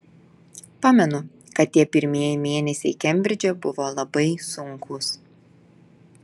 pamenu kad tie pirmieji mėnesiai kembridže buvo labai sunkūs